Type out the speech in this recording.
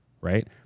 right